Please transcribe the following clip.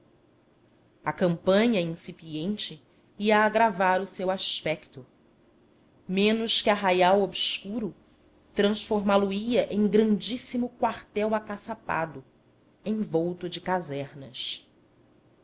a campanha incipiente ia agravar o seu aspecto menos que arraial obscuro transformá lo ia em grandíssimo quartel acaçapado envolto de casernas